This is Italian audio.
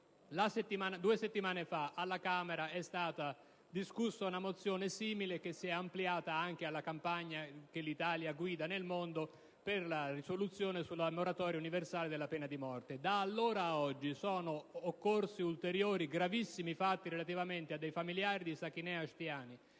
Due settimane fa alla Camera dei deputati è stata discussa una mozione simile, che si è ampliata anche con riferimento alla campagna, che l'Italia guida nel mondo, per la risoluzione sulla moratoria universale della pena di morte. Da allora ad oggi sono occorsi ulteriori gravissimi fatti relativamente ad alcuni familiari di Sakineh Ashtiani